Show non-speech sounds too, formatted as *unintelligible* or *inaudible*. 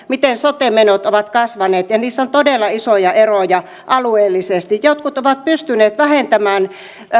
*unintelligible* miten sote menot ovat kasvaneet ja niissä on todella isoja eroja alueellisesti jotkut ovat pystyneet vähentämään